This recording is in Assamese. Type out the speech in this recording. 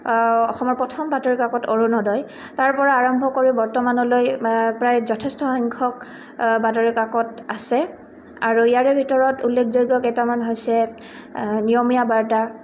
অসমৰ প্ৰথম বাতৰিকাকত অৰুণোদয় তাৰ পৰা আৰম্ভ কৰি বৰ্তমানলৈ প্ৰায় যথেষ্ট সংখ্যক বাতৰিকাকত আছে আৰু ইয়াৰে ভিতৰত উল্লেখযোগ্য কেইটামান হৈছে নিয়মীয়া বাৰ্তা